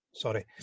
Sorry